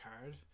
card